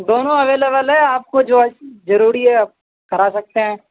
دونوں اویلیبل ہے آپ کو جو ضروری ہے آپ کرا سکتے ہیں